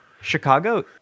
Chicago